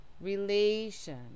relation